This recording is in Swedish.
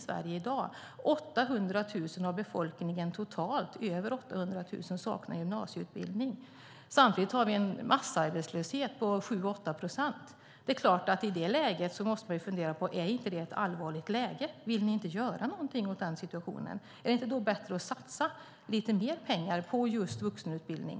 Över 800 000 av den totala befolkningen saknar gymnasieutbildning. Samtidigt har vi massarbetslöshet; arbetslösheten ligger på 7-8 procent. I det läget måste man fundera på om det inte är allvarligt. Vill ni inte göra någonting åt den situationen? Är det inte bättre att satsa lite mer pengar på just vuxenutbildning?